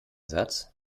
satz